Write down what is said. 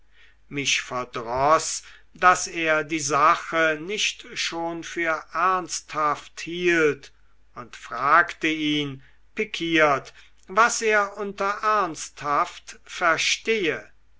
mich verdroß daß er die sache nicht schon für ernsthaft hielt und fragte ihn pikiert was er unter ernsthaft verstehe